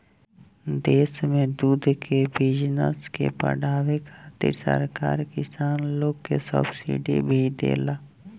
देश में दूध के बिजनस के बाढ़ावे खातिर सरकार किसान लोग के सब्सिडी भी देला